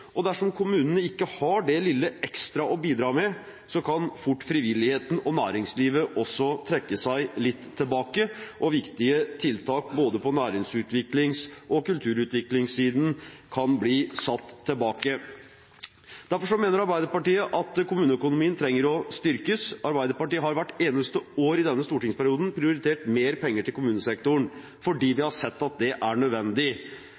forsiktig. Dersom kommunene ikke har det lille ekstra å bidra med, kan fort frivilligheten og næringslivet også trekke seg litt tilbake, og viktige tiltak på både næringsutviklings- og kulturutviklingssiden kan bli satt tilbake. Derfor mener Arbeiderpartiet at kommuneøkonomien trenger å styrkes. Arbeiderpartiet har hvert eneste år i denne stortingsperioden prioritert mer penger til kommunesektoren, fordi vi har sett at det er nødvendig.